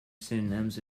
synonyms